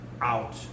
out